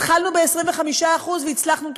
התחלנו ב-25% והצלחנו,